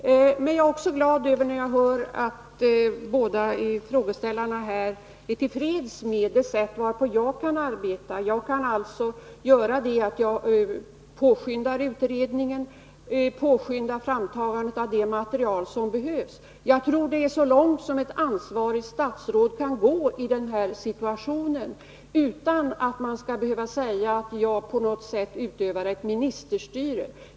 Men jag är också glad över att båda frågeställarna är till freds med det sätt varpå jag kan arbeta. Jag kan påskynda utredningen och påskynda framtagandet av det material som behövs. Jag tror att det är så långt som ett ansvarigt statsråd kan gå i denna situation utan att det skall behöva sägas att jag på något sätt utövar ett ministerstyre.